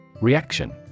Reaction